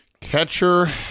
Catcher